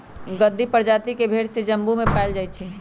गद्दी परजाति के भेड़ जम्मू में पाएल जाई छई